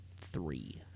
three